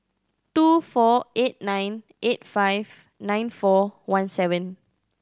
two four eight nine eight five nine four one seven